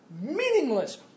Meaningless